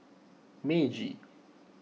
Meiji